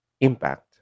impact